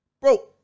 Bro